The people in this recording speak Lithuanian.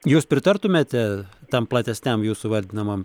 jūs pritartumėte tam platesniam jūsų vadinamam